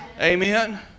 Amen